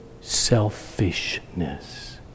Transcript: selfishness